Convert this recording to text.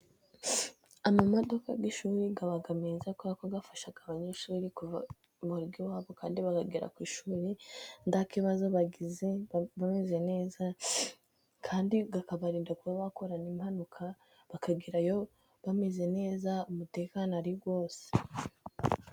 Ama modoka y'ishuri aba ari meza, koko afasha abanyeshuri kuva mungo iwabo kandi bakagera ku ishuri nta kibazo bagize bameze neza kandi, bikabarinda kuba bakora impanuka bakagerayo bameze neza umutekano ari wose.